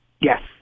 Yes